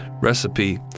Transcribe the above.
recipe